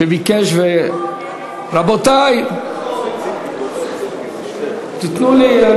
שביקש, רבותי, תיתנו לי.